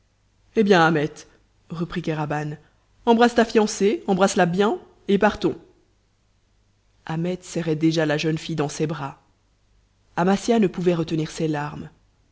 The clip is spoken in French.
eh bien ahmet reprit kéraban embrasse ta fiancée embrasse la bien et partons ahmet serrait déjà la jeune fille dans ses bras amasia ne pouvait retenir ses larmes